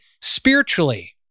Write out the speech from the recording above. spiritually